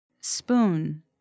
Spoon